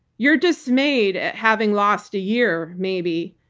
you're dismayed at having lost a year, maybe,